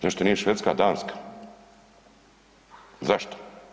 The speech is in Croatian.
Zašto nije Švedska, Danska, zašto?